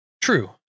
true